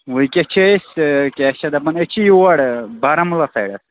وُنکٮ۪س چھِ أسۍ کیٛاہ چھِ دَپان أسۍ چھِ یور بارہمولہ سایڈَس